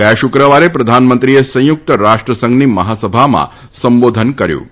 ગયા શુક્રવારે પ્રધાનમંત્રીએ સંયુક્ત રાષ્ટ્રસંઘની મહાસભામાં સંબોધન કર્યું હતું